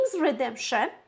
redemption